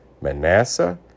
Manasseh